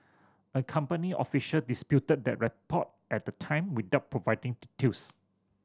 a company official disputed that report at the time without providing details